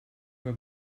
her